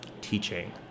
teaching